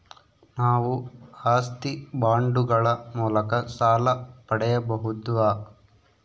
ನಾವು ಆಸ್ತಿ ಬಾಂಡುಗಳ ಮೂಲಕ ಸಾಲ ಪಡೆಯಬಹುದಾ?